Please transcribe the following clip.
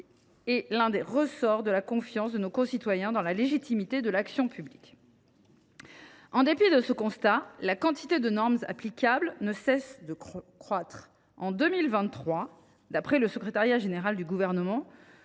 [et l’un] des ressorts de la confiance de nos concitoyens dans la légitimité de l’action publique ». En dépit de ce constat, la quantité de normes applicables ne cesse de croître. En 2023, d’après le secrétariat général du Gouvernement,